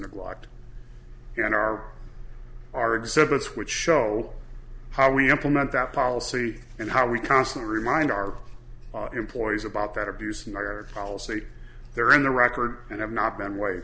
neglect in our our exhibits which show how we implement that policy and how we constantly remind our employees about that abuse and our policy there in the record and have not been wa